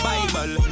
Bible